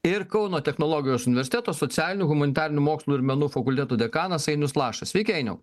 ir kauno technologijos universiteto socialinių humanitarinių mokslų ir menų fakultetų dekanas ainius lašas sveiki ainiau